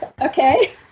okay